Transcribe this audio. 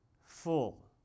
full